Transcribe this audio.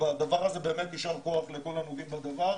בדבר הזה יישר כוח באמת לכל הנוגעים בדבר.